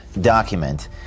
document